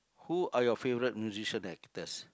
who are your favourite musician actors